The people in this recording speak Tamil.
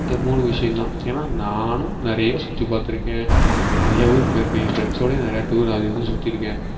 இந்த மூணு விஷியம் தான் ஏன்னால் நானும் நிறைய சுற்றி பார்த்துருக்கேன் நிறைய ஊர் போயிருக்கேன் என் ஃப்ரெண்ட்ஸ்ஸோடையும் நிறைய டூர் அது இதுன்னு சுற்றி இருக்கேன்